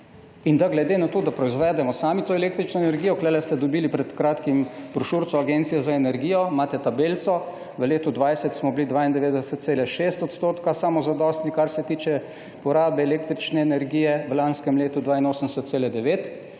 in da glede na to, da proizvedemo sami to električno energijo − tukaj ste dobili pred kratkim brošurico Agencije za energijo, kjer imate tabelico, v letu 2020 smo bili 92,6 % samozadostni, kar se tiče porabe električne energije, v lanskem leto 82,9